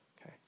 okay